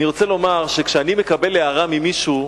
אני רוצה לומר, שכשאני מקבל הערה ממישהו,